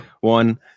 one